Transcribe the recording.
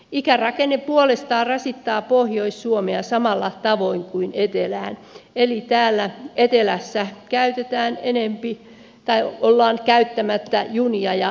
ikärakenne puolestaan rasittaa pohjois suomea samalla tavoin kuin etelää eli täällä etelässä ollaan käyttämättä junia ja busseja